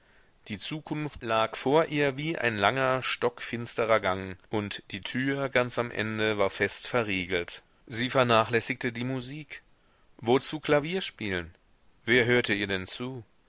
die zukunft lag vor ihr wie ein langer stockfinsterer gang und die tür ganz am ende war fest verriegelt sie vernachlässigte die musik wozu klavier spielen wer hörte ihr denn zu